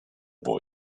boy